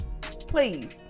please